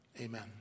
amen